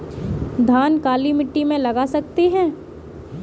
धान काली मिट्टी में लगा सकते हैं?